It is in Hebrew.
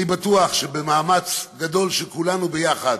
אני בטוח שבמאמץ גדול של כולנו יחד,